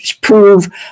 prove